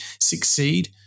succeed